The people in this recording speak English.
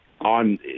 on